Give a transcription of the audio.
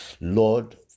Lord